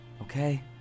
Okay